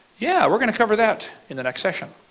yeah we are going cover that in the next session.